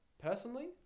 Personally